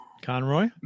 Conroy